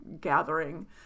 gathering